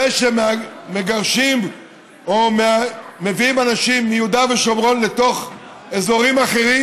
זה שמגרשים או מביאים אנשים מיהודה ושומרון לתוך אזורים אחרים,